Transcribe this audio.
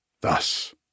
thus